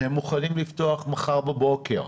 הם מוכנים לפתוח מחר בבוקר,